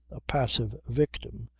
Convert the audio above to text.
a passive victim,